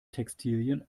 textilien